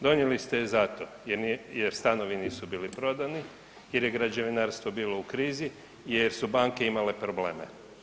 Donijeli ste je zato jer stanovi nisu bili prodani, jer je građevinarstvo bilo u krizi, jer su banke imale probleme.